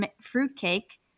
fruitcake